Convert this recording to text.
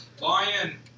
Lion